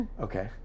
Okay